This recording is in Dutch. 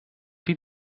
die